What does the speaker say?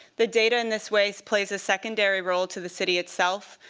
the data, in this way, plays a secondary role to the city itself.